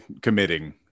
committing